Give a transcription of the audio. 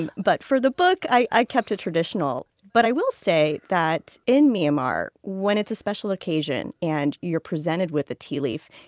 and but for the book, i kept it traditional but i will say that in myanmar, when it's a special occasion and you're presented with the tea leaf,